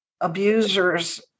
abusers